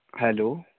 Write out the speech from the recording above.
hello